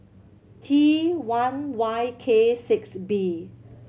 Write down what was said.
T one Y K six B